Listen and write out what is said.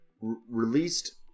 released